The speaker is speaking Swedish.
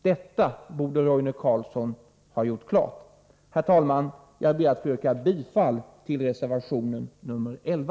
Detta borde Roine Carlsson ha gjort klart. Herr talman! Jag ber att få yrka bifall till reservation nr 11.